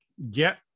Get